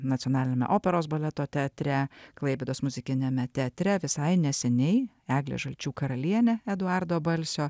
nacionaliniame operos baleto teatre klaipėdos muzikiniame teatre visai neseniai eglė žalčių karalienė eduardo balsio